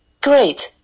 Great